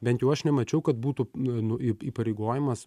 bent jau aš nemačiau kad būtų nu įp įpareigojimas